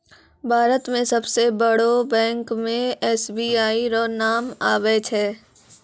भारत मे सबसे बड़ो बैंक मे एस.बी.आई रो नाम आबै छै